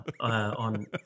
on